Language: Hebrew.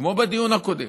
כמו בדיון הקודם.